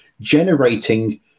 generating